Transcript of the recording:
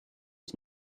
his